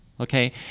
Okay